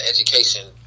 education